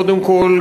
קודם כול,